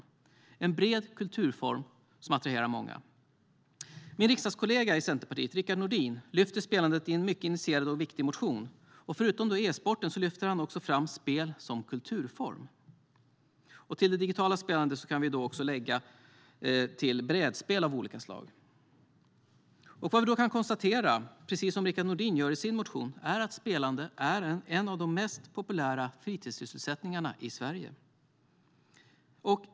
Det är en bred kulturform som attraherar många. Min riksdagskollega i Centerpartiet, Rickard Nordin, lyfter upp spelandet i en mycket initierad och viktig motion. Förutom e-sporten lyfter han fram spel som kulturform. Till det digitala spelandet kan vi också lägga brädspel av olika slag. Vi kan konstatera, precis som Rickard Nordin gör i sin motion, att spelande är en av de mest populära fritidssysselsättningarna i Sverige.